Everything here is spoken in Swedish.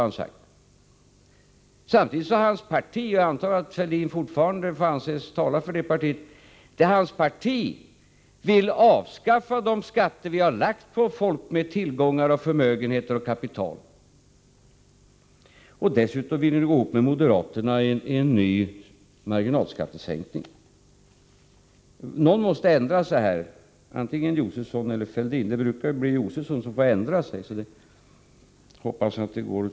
Men samtidigt har hans parti — jag antar att Thorbjörn Fälldin fortfarande får anses tala för centerpartiet — uttalat att man vill avskaffa de skatter som vi har lagt på dem som har tillgångar, förmögenheter och kapital. Dessutom vill ni förena er med moderaterna när det gäller en ny marginalskattesänkning. Någon måste ändra sig i detta avseende, antingen Stig Josefson eller Thorbjörn Fälldin. Det brukar vara Stig Josefson som får ändra sig. Jag hoppas att det blir så.